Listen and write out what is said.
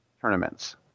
tournaments